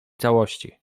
całości